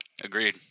agreed